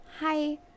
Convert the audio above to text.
hi